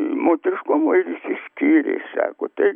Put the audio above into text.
moteriškumo ir išsiskyrė sako taip